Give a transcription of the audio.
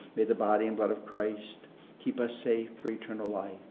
may the body and blood of christ keep us safe for eternal life,